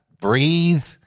breathe